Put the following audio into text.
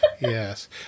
Yes